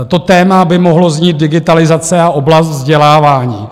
To téma by mohlo znít digitalizace a oblast vzdělávání.